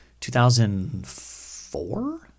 2004